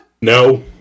no